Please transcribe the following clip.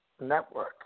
network